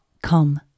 come